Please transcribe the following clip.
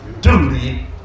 duty